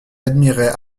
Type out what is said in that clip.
admirait